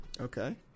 Okay